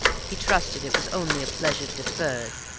he trusted it was only a pleasure deferred,